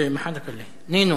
נינו.